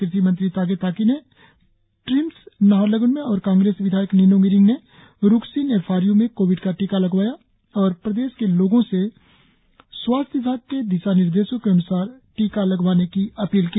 कृषि मंत्री तागे ताकी ने टिर्म्स नाहरलग्न में और कांग्रेस विधायक निनोंग इरिंग ने रुकसिन एफ आर यू में कोविड का टीका लगवाया और प्रदेश के लोगों से स्वास्थ्य विभाग के दिशानिर्देशों के अन्सार टीका लगवाने की अपील की